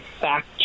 fact